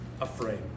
afraid